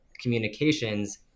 communications